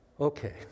Okay